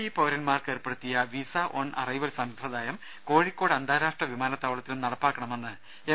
E പൌരന്മാർക്ക് ഏർപ്പെടുത്തിയ visa on arrival സമ്പ്രദായം കോഴിക്കോട് അന്താരാഷ്ട്ര വിമാനത്താവളത്തിലും നടപ്പാക്കണമെന്ന് എം